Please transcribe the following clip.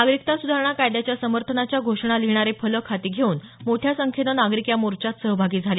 नागरिकता सुधारणा कायद्याच्या समर्थनाच्या घोषणा लिहिलेले फलक हाती घेऊन मोठ्या संख्येनं नागरिक या मोर्चात सहभागी झाले